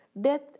Death